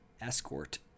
escort